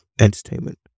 entertainment